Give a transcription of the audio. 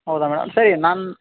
ಹೌದಾ ಮೇಡಮ್ ಸರಿ ನಾನು